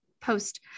post